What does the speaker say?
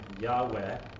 Yahweh